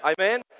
Amen